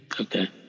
Okay